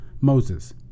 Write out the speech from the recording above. Moses